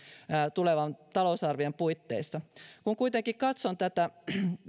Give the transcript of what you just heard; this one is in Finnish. tulevan talousarvion puitteissa kun kuitenkin katson tätä